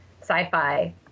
sci-fi